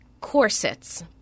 corsets